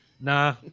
Nah